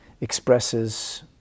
expresses